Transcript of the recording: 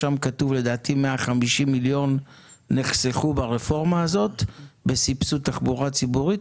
שם כתוב לדעתי 150 מיליון נחסכו ברפורמה הזאת בסבסוד תחבורה ציבורית,